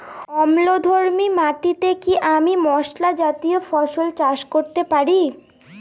অম্লধর্মী মাটিতে কি আমি মশলা জাতীয় ফসল চাষ করতে পারি?